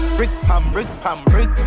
Brick-pam-brick-pam-brick